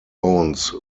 owns